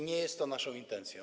Nie jest to naszą intencją.